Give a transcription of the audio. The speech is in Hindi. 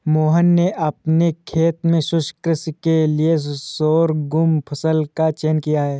मोहन ने अपने खेत में शुष्क कृषि के लिए शोरगुम फसल का चयन किया है